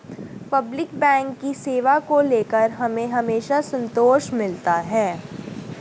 public bank की सेवा को लेकर हमें हमेशा संतोष मिलता है